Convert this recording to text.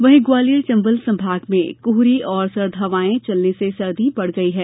वहीं ग्वालियर चंबल संभाग में कोहरे और सर्द हवायें चलने से ठंड बढ़ गई है